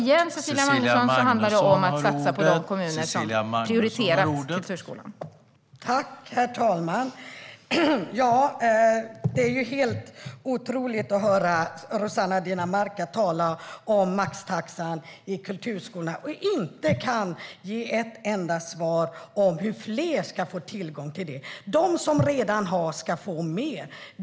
Herr talman! Det är helt otroligt att höra Rossana Dinamarca tala om maxtaxan i kulturskolan utan att kunna ge ett enda svar om hur fler ska få tillgång till den. De som redan har ska få mer.